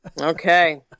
okay